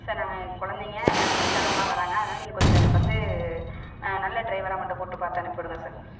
sir நாங்கள் குழந்தைங்க வயசானவங்கலாம் வராங்க அதனால நீங்கள் கொஞ்சம் எனக்கு வந்து நல்ல டிரைவராக மட்டும் போட்டு பார்த்து அனுப்பிவிடுங்க சார்